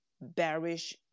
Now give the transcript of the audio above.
bearish